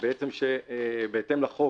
שבהתאם לחוק,